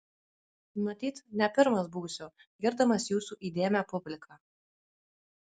matyt ne pirmas būsiu girdamas jūsų įdėmią publiką